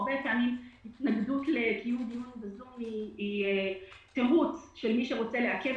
הרבה פעמים התנגדות לקיום דיון בזום היא תירוץ של מי שרוצה לעכב